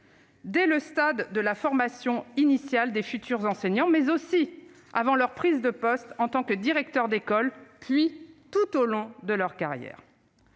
dès le stade de la formation initiale des futurs enseignants, mais aussi avant leur prise de poste en tant que directeur, puis tout au long de leur carrière.